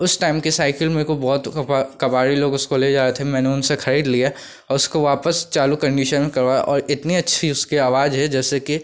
उस टाइम की साइकिल मेरे को बहुत कबाड़ी लोग उसको ले जा रहे थे मैंने उनसे ख़रीद लिया और उसको वापस चालू कंडीशन में करवाया और इतनी अच्छी उसकी आवाज़ है जैसे कि